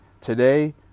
Today